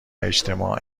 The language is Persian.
اجتماع